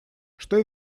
что